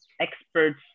experts